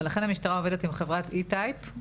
לכן המשטרה עובדת עם חברת איטייפ.